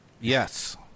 Yes